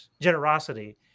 generosity